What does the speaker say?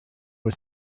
was